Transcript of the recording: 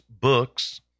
books